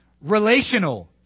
relational